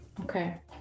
Okay